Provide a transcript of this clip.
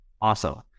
Awesome